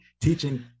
teaching